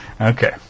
okay